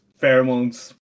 Pheromones